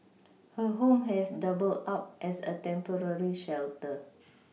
her home has doubled up as a temporary shelter